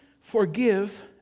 forgive